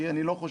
לא.